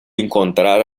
encontrar